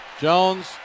Jones